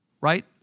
right